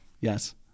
yes